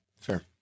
fair